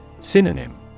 Synonym